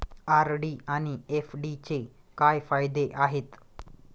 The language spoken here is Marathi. आर.डी आणि एफ.डीचे काय फायदे आहेत?